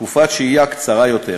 תקופת שהייה קצרה יותר.